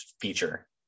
feature